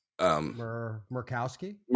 murkowski